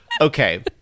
okay